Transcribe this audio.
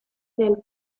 nel